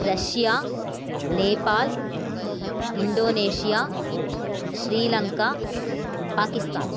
Russia Nepal Indonesia Sri Lanka Pakistan